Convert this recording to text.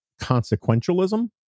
consequentialism